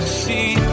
see